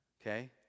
Okay